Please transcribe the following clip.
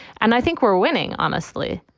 and i think we're winning. honestly,